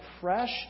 fresh